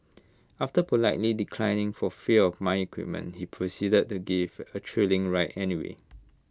after politely declining for fear of my equipment he proceeded to give A thrilling ride anyway